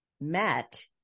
met